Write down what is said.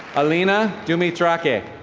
alena dumitracke.